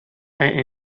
and